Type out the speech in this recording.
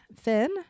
Finn